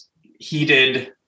heated